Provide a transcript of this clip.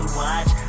watch